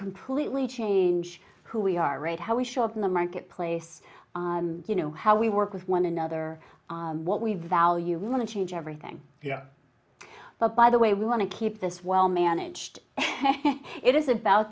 completely change who we are and how we show up in the marketplace you know how we work with one another what we value want to change everything by the way we want to keep this well managed it is about